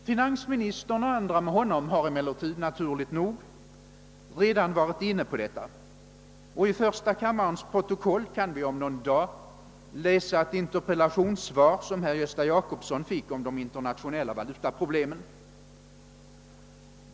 Finansministern — och andra med honom — har emellertid naturligt nog redan varit inne på detta spörsmål, och i första kammarens protokoll kan vi om någon dag läsa ett interpellationssvar som herr Gösta Jacobsson fick om de internationella valutaproblemen.